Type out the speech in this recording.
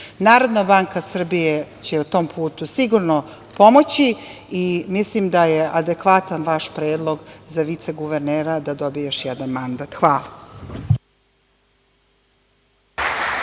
Narodna banka Srbije će na tom putu sigurno pomoći. Mislim da je adekvatan vaš predlog za viceguvernera da dobije još jedan mandat. Hvala.